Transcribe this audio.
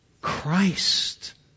Christ